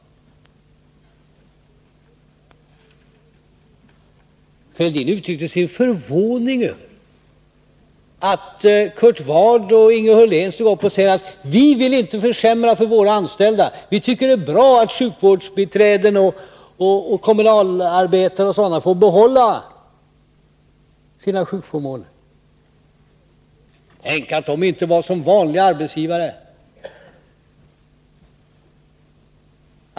Thorbjörn Fälldin uttryckte sin förvåning över att Kurt Ward och Inge Hörlén stått upp och sagt: Vi vill inte försämra för våra anställda, vi tycker att det är bra att sjukvårdsbiträden, kommunalarbetare och sådana får behålla sina sjukförmåner. Tänk att de inte var som vanliga arbetsgivare!